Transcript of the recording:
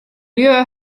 lju